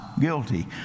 guilty